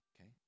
Okay